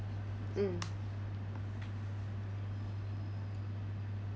mm